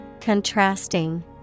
Contrasting